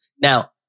Now